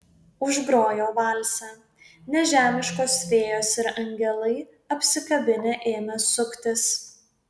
užgrojo valsą nežemiškos fėjos ir angelai apsikabinę ėmė suktis